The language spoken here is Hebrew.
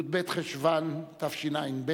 י"ב בחשוון התשע"ב